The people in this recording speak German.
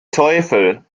teufel